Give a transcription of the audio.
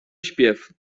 śpiew